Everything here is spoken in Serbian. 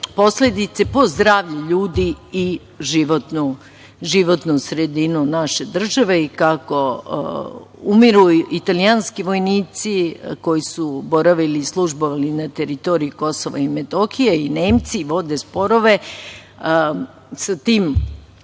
posledice po zdravlje ljudi i životnu sredinu naše države i kako umiru italijanski vojnici koji su boravili i službovali na teritoriji Kosova i Metohije i Nemci vode sporove. Sa tim